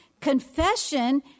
Confession